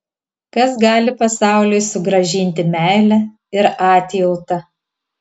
kas gali pasauliui sugrąžinti meilę ir atjautą